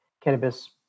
cannabis